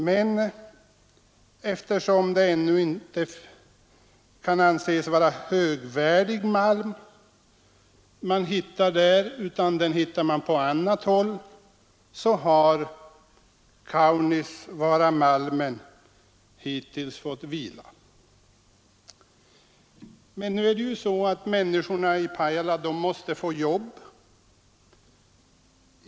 Men eftersom det ännu inte kan anses vara högvärdig malm som man finner där — den hittar man på annat håll — har Kaunisvaaramalmen hittills fått vila. Nu är det emellertid så att människorna i Pajala måste få jobb.